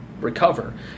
recover